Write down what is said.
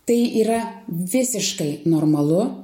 tai yra visiškai normalu